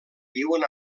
viuen